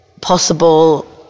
possible